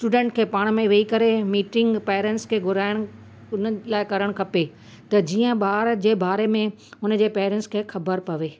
student खे पाण में वही करे मीटिंग पेरेंट्स खे घुराइणु उन लाइ करणु खपे त जीअं ॿार जे बारे हुनजे पेरेंट्स खे ख़बरु पवे